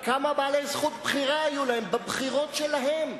כמה בעלי זכות בחירה היו להם בבחירות שלהם.